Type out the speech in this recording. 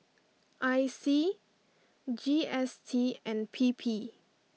I C G S T and P P